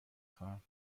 خواهم